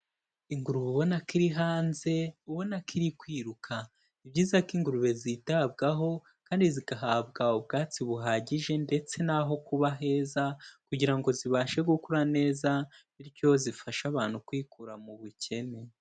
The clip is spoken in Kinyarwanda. Ingurube ubona ko iri hanze ubona ko iri kwiruka, ni byiza ko ingurube zitabwaho kandi zigahabwa ubwatsi buhagije ndetse n'aho kuba heza, kugira ngo zibashe gukura neza bityo zifashe abantu kwikura mu bukene.